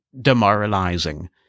demoralizing